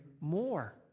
more